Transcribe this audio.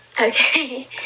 Okay